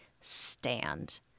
stand